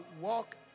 walk